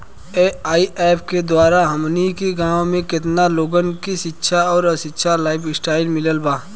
AIF के द्वारा हमनी के गांव में केतना लोगन के शिक्षा और अच्छा लाइफस्टाइल मिलल बा